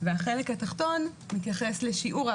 והחלק התחתון מתייחס לשיעור ההרוגים,